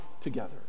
together